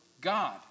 God